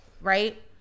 right